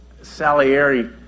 Salieri